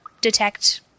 detect